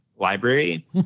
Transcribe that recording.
library